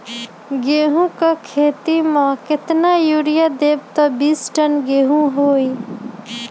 गेंहू क खेती म केतना यूरिया देब त बिस टन गेहूं होई?